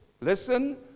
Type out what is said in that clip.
listen